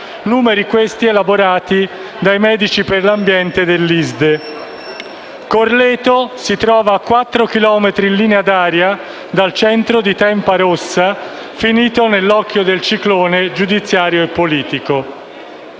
Numeri, questi, elaborati dai Medici per l'ambiente dell'ISDE. Corleto si trova a quattro chilometri in linea d'aria dal centro di Tempa Rossa, finito nell'occhio del ciclone giudiziario e politico.